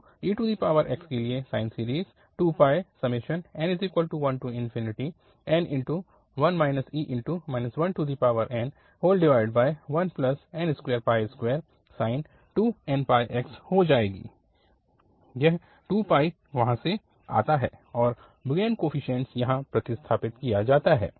तो ex के लिए sine series 2πn1n1 e 1n1n22sin nπx हो जाएगी यह 2 वहाँ से आता है और bn कोफीशिएंट यहाँ प्रतिस्थापित किया जाता है